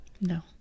No